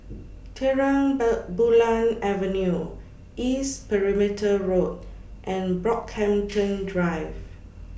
Terang Bulan Avenue East Perimeter Road and Brockhampton Drive